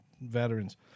veterans